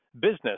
business